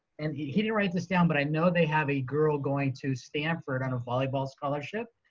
and he he didn't write this down, but i know they have a girl going to stanford on a volleyball scholarship,